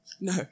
No